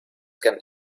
can